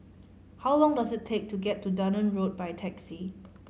how long does it take to get to Dunearn Road by taxi